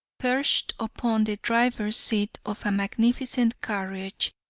perched upon the driver's seat of a magnificent carriage,